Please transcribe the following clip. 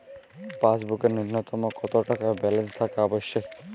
পাসবুকে ন্যুনতম কত টাকা ব্যালেন্স থাকা আবশ্যিক?